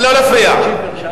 לא להפריע.